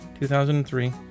2003